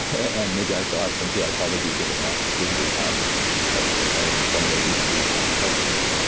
and maybe i still have some too. i'd probably do given my three hundred pound of of former obesity in my health history.